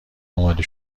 آماده